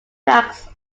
tracks